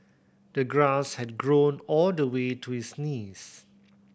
the grass had grown all the way to his knees